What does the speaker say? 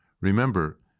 Remember